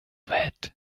het